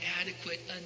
adequate